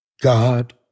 God